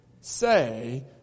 say